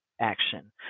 action